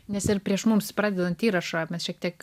nes ir prieš mums pradedant įrašą mes šiek tiek